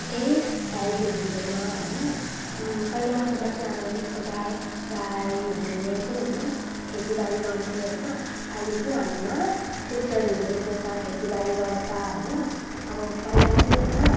केही हेल्थहरू हुँदैन होइन पहिलाकोमा चाहिँ अब त्यस्तो गाई गाईहरूले चाहिँ होइन खेतीबारी गर्थ्यो होइन अहिले चाहिँ हाम्रोमा ट्रेक्टरहरू निक्लिए छ खेतीबारी गर्छ होइन अब पहिला चाहिँ होइन